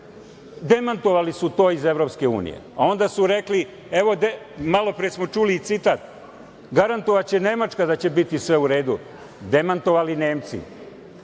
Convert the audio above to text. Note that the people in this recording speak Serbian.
demantovali su to iz EU. Onda su rekli, a malo pre smo čuli i citat, garantovaće Nemačka da će biti sve u redu, demantovali Nemci.